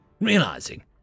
Realizing